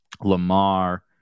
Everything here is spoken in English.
Lamar